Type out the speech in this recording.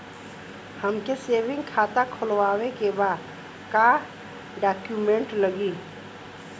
हमके सेविंग खाता खोलवावे के बा का डॉक्यूमेंट लागी?